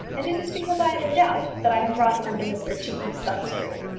and it is because i am in doubt that i have brought him under mr cheekey's thumbscrew.